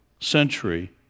century